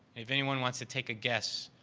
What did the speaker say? if anyone wants to take a guess,